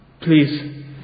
please